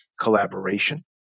collaboration